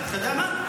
אתה יודע מה?